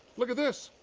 look at this!